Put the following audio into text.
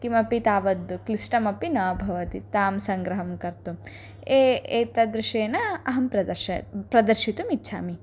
किमपि तावद् क्लिष्टमपि न भवति तां सङ्ग्रहं कर्तुम् ए एतादृशेन अहं प्रदर्शयितुं प्रदर्शितुम् इच्छामि